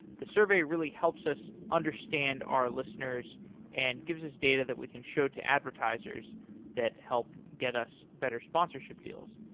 the survey really helps us understand our listeners and gives us data that we can show to advertisers that help get us better sponsorship deals.